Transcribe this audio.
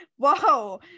whoa